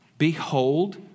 Behold